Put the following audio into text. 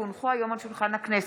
כי הונחו היום על שולחן הכנסת,